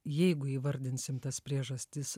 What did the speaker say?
jeigu įvardinsim tas priežastis